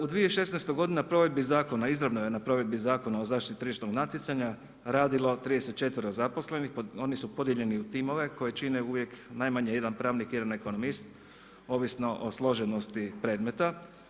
U 2016. godini na provedbi zakona izravno je na provedbi Zakona o zaštiti tržišnog natjecanja radilo 34 zaposlenih, oni su podijeljeni u timove koje čine uvijek najmanje 1 pravnik, 1 ekonomist, ovisno o složenosti predmeta.